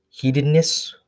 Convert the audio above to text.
heatedness